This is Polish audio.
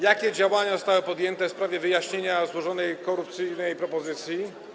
Jakie działania zostały podjęte w sprawie wyjaśnienia złożonej korupcyjnej propozycji?